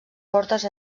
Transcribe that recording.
portes